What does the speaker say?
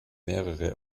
mehrere